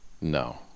no